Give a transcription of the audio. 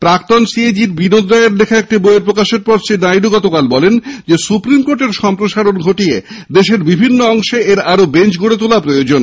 প্রাক্তন C A G র বিনোদ রাইয়ের লেখা একটি বইয়ের প্রকাশের পর শ্রী নায়ডু বলেন সুপ্রিম কোর্টের সম্প্রসারণ ঘটিয়ে দেশের বিভিন্ন অংশে এর আরও বেঞ্চ গড়ে তোলা প্রয়োজন